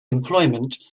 employment